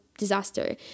disaster